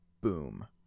boom